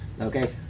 Okay